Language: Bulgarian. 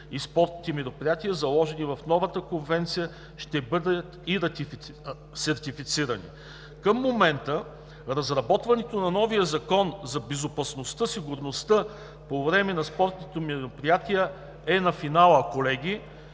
на спортните мероприятия, заложени в новата Конвенция, ще бъдат и сертифицирани. Към момента разработването на новия Закон за безопасността и сигурността по време на спортните мероприятия е на финала, колеги,